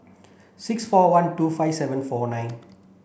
six four one two five seven four nine